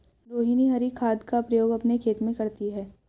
रोहिनी हरी खाद का प्रयोग अपने खेत में करती है